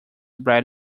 bred